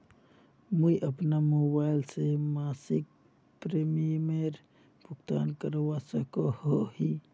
मुई अपना मोबाईल से मासिक प्रीमियमेर भुगतान करवा सकोहो ही?